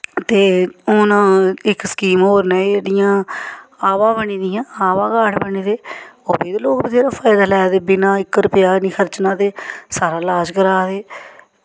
ते हून में इक होर स्कीम जेह्ड़ियां आभा बनी दियां आभा कार्ड बने दे ते लोग बी एह्दा फायदा लैआ दे ते बिना इक रपेआ खर्च करना सारा लाज़ करा दे